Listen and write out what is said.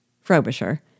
Frobisher